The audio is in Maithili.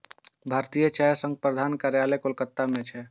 भारतीय चाय संघ के प्रधान कार्यालय कोलकाता मे छै